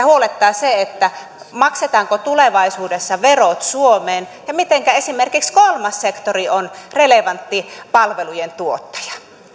huolettaa se maksetaanko tulevaisuudessa verot suomeen ja mitenkä esimerkiksi kolmas sektori on relevantti palvelujen tuottaja